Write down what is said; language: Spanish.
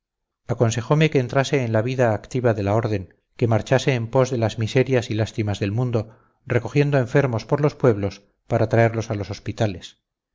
tranquilo aconsejome que entrase en la vida activa de la orden que marchase en pos de las miserias y lástimas del mundo recogiendo enfermos por los pueblos para traerlos a los hospitales